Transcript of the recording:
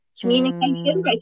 communication